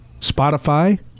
Spotify